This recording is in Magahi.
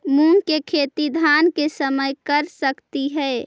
मुंग के खेती धान के समय कर सकती हे?